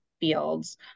fields